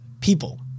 people